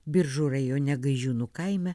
biržų rajone gaižiūnų kaime